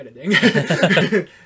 editing